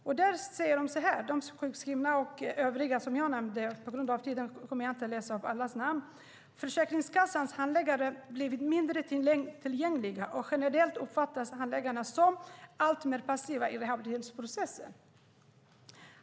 På grund av den begränsade talartiden kommer jag inte att läsa upp alla namn, men det framgår att Försäkringskassans handläggare anses ha blivit mindre tillgängliga, och de uppfattas generellt som alltmer passiva i rehabiliteringsprocessen.